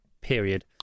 period